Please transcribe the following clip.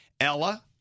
Ella